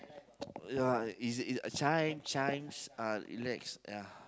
ya is is a Chijmes Chijmes uh relax ya